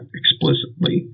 explicitly